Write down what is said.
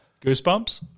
Goosebumps